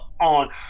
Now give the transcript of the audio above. on